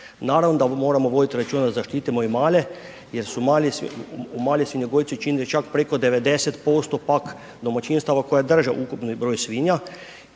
Naravno da moramo voditi računa zaštitimo i male jer su mali, mali svinjogojci čine čak preko 90% domaćinstava koji drže ukupni broj svinja.